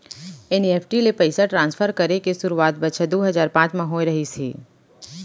NEFT ले पइसा transfer करे के सुरूवात बछर दू हजार पॉंच म होय रहिस हे